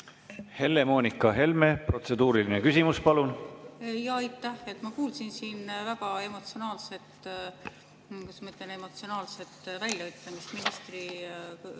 Helle-Moonika Helme, protseduuriline küsimus, palun! Jaa, aitäh! Ma kuulsin siin väga emotsionaalset, kuidas ma ütlen, emotsionaalset väljaütlemist ministri